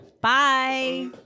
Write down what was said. Bye